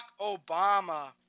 Obama